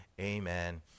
Amen